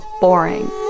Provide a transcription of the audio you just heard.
boring